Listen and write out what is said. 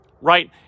right